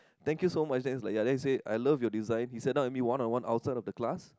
thank you so much then he's like ya then he say I love your design he sat down with me one on one outside of the class